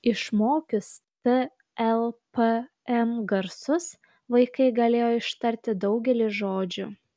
išmokius t l p m garsus vaikai galėjo ištarti daugelį žodžių